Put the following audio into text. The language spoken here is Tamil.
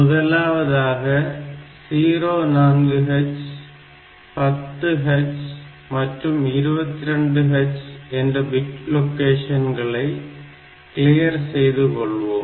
முதலாவதாக 04H 10H மற்றும் 22H என்ற பிட் லொகேஷன்களை கிளியர் செய்து கொள்வோம்